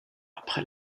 après